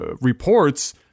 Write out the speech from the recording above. reports